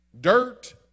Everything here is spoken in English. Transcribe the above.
dirt